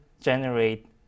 generate